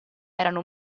erano